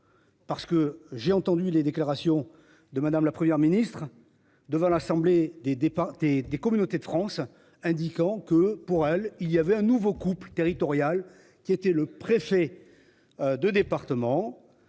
Parce que j'ai entendu les déclarations de madame, la Première ministre devant l'Assemblée des départs des des communautés de France indiquant que pour elle il y avait un nouveau couple territoriale qui était le préfet. De département.